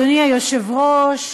אדוני היושב-ראש,